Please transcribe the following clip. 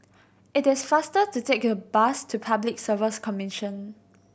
it is faster to take the bus to Public Service Commission